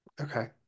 okay